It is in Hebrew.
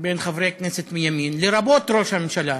בין חברי כנסת מימין, לרבות ראש הממשלה,